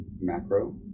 macro